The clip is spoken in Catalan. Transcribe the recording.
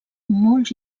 molts